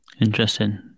Interesting